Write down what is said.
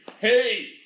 Hey